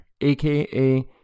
aka